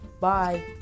Bye